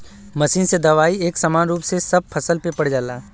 machine से दवाई एक समान रूप में सब फसल पे पड़ जाला